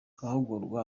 amahugurwa